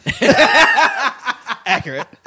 Accurate